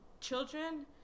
children